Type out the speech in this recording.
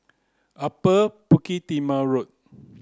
Upper Bukit Timah Road